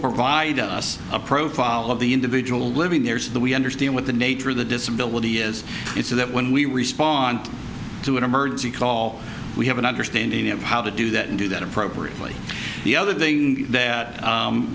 provide to us a profile of the individual living there so that we understand what the nature of the disability is it's so that when we respond to an emergency call we have an understanding of how to do that and do that appropriately the other thing that